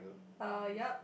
uh yup